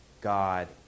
God